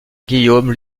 guillaume